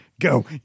go